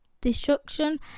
destruction